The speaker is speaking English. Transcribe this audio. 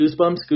Goosebumps